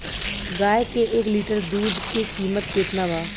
गाय के एक लीटर दुध के कीमत केतना बा?